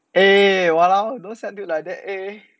eh !walao! don't say until like that eh